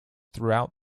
throughout